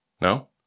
No